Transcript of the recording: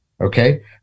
okay